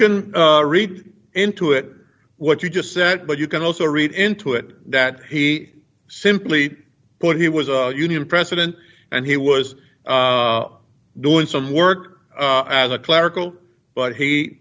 can read into it what you just said but you can also read into it that he simply put he was a union president and he was doing some work as a clerical but he